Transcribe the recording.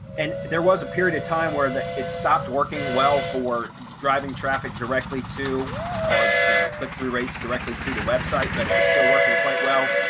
and there was a period of time where that it stopped working well for driving traffic directly to our you know, click through rates directly to the website, but it was still working quite well.